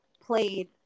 played